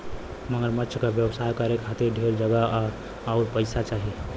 मगरमच्छ क व्यवसाय करे खातिर ढेर जगह आउर पइसा चाही